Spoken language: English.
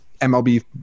MLB